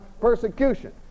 persecution